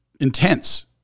intense